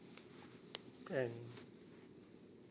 and